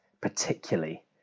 particularly